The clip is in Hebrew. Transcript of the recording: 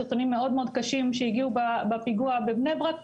סרטונים מאוד-מאוד קשים שהגיעו מהפיגוע בבני ברק,